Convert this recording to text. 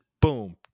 boom